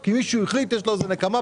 ולא להפסיק, מי שלא רוצה לשמוע שלא ישמע.